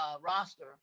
roster